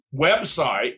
website